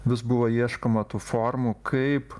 vis buvo ieškoma tų formų kaip